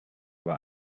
war